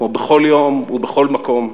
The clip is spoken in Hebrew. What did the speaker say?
כמו בכל יום ובכל מקום,